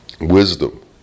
wisdom